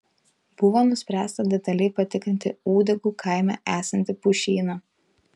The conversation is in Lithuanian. buvo nuspręsta detaliai patikrinti ūdekų kaime esantį pušyną